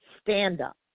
stand-up